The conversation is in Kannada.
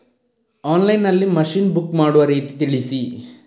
ಆನ್ಲೈನ್ ನಲ್ಲಿ ಮಷೀನ್ ಬುಕ್ ಮಾಡುವ ರೀತಿ ತಿಳಿಸಿ?